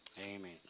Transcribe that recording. Amen